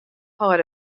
foar